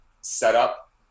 setup